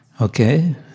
Okay